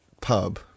pub